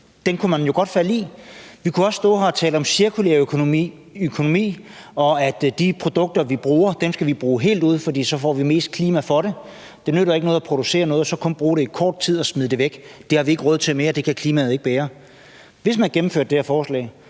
den kunne man jo godt falde i. Vi kunne også stå her og tale om cirkulær økonomi og om, at de produkter, vi bruger, skal vi bruge helt ud, for så får vi mest klima for det; det nytter ikke noget at producere noget og så kun bruge det i kort tid og smide det væk. Det har vi ikke råd til mere. Det kan klimaet ikke bære. Hvis man gennemførte det her forslag,